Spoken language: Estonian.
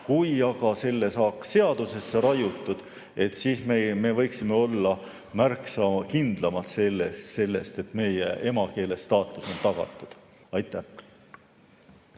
Kui aga saaks selle seadusesse raiutud, siis me võiksime olla märksa kindlamad selles, et meie emakeele staatus on tagatud. Me